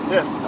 Yes